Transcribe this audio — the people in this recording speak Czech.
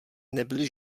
nebyly